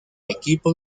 equipo